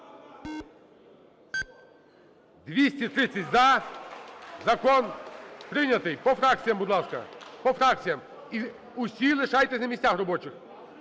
За-230 Закон прийнятий. По фракціях, будь ласка. По фракціях. І усі лишайтесь на місцях робочих.